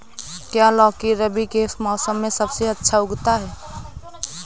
क्या लौकी रबी के मौसम में सबसे अच्छा उगता है?